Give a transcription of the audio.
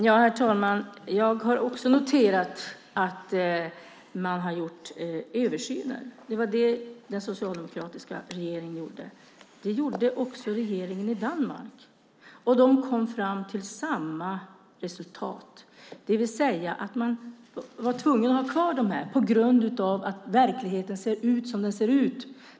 Herr talman! Jag har också noterat att man har gjort översyner. Det var det den socialdemokratiska regeringen gjorde. Det gjorde också regeringen i Danmark, och de kom fram till samma resultat, det vill säga att man var tvungen att ha kvar detta eftersom verkligheten ser ut som den ser ut.